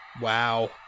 Wow